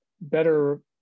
better